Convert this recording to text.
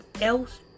else